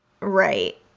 Right